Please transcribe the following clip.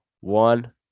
one